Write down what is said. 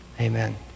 Amen